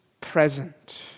present